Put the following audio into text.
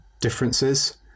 differences